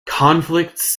conflicts